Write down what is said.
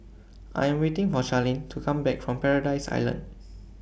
I Am waiting For Charleen to Come Back from Paradise Island